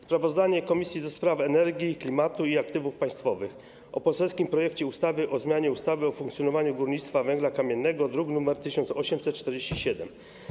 Sprawozdanie Komisji do Spraw Energii, Klimatu i Aktywów Państwowych o poselskim projekcie ustawy o zmianie ustawy o funkcjonowaniu górnictwa węgla kamiennego, druk nr 1847.